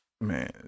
man